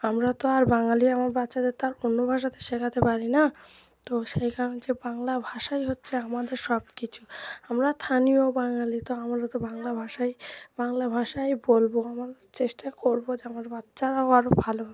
আমরা তো আর বাঙালি আমার বাচ্চাদের তো আর অন্য ভাষাতে শেখাতে পারি না তো সেই কারণে যে বাংলা ভাষাই হচ্ছে আমাদের সব কিছু আমরা স্থানীয় বাঙালি তো আমরা তো বাংলা ভাষাই বাংলা ভাষাই বলবো আমরা চেষ্টা করবো যে আমার বাচ্চারাও আরও ভালো